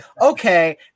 okay